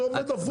זה עובד הפוך.